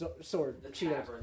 Sword